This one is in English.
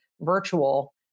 virtual